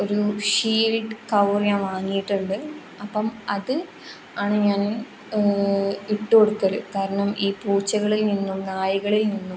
ഒരു shield cover ഞാൻ വാങ്ങിയിട്ടുണ്ട് അപ്പം അത് ആണ് ഞാൻ ഇട്ട് കൊടുക്കൽ കാരണം ഈ പൂച്ചകളിൽ നിന്നും നായകളിൽ നിന്നും